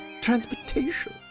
transportation